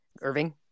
Irving